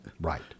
Right